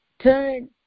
Turn